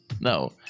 No